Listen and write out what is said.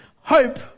hope